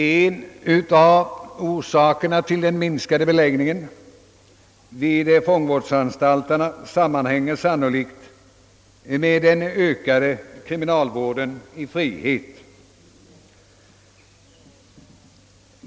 En av orsakerna till den minskade beläggningen vid fångvårdsanstalterna är sannolikt den ökade kriminalvården i frihet.